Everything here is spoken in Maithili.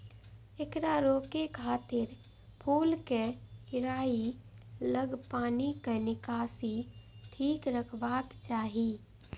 एकरा रोकै खातिर फूलक कियारी लग पानिक निकासी ठीक रखबाक चाही